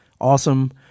awesome